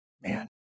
man